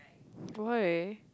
why